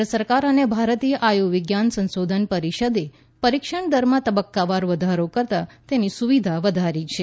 કેન્ર્જ સરકાર અને ભારતીય આયુવિજ્ઞાન સંશોધન પરિષદે પરીક્ષણ દરમાં તબક્કાવાર વધારો કરતાં તેની સુવિધા વધારી છે